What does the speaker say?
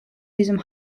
diesem